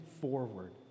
forward